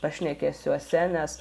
pašnekesiuose nes